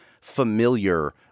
familiar